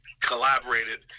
collaborated